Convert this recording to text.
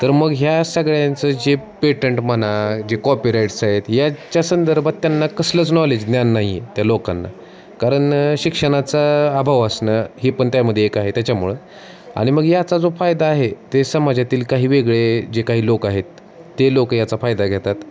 तर मग ह्या सगळ्यांचं जे पेटंट म्हणा जे कॉपीराइट्स आहेत याच्या संदर्भात त्यांना कसलंच नॉलेज ज्ञान नाही आहे त्या लोकांना कारण शिक्षणाचा अभाव असणं हे पण त्यामध्ये एक आहे त्याच्यामुळं आणि मग याचा जो फायदा आहे ते समाजातील काही वेगळे जे काही लोक आहेत ते लोक याचा फायदा घेतात